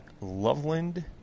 Loveland